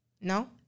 No